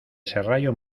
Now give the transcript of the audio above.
serrallo